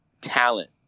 talent